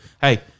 hey